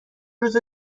روز